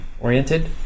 oriented